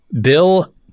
Bill